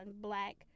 black